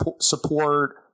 support